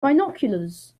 binoculars